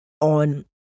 on